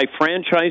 franchise